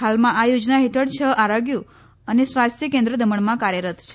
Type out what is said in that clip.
હાલમાં આ યોજના હેઠળ છ આરોગ્ય અને સ્વાસ્થ્ય કેન્દ્રો દમણમાં કાર્યરત છે